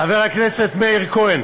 חבר הכנסת מאיר כהן,